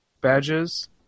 badges